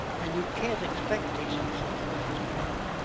and you can't expect decency in that sort